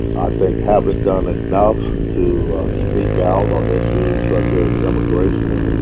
i think, haven't done enough to speak out on issues such as immigration.